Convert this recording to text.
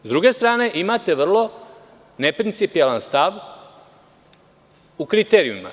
S druge strane, imate vrlo neprincipijelan stav u kriterijumima.